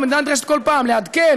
והמדינה נדרשת כל פעם לעדכן,